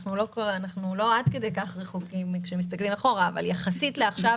אנחנו לא עד כדי כך רחוקים כאשר מסתכלים אחורה אבל יחסית לעכשיו